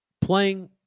playing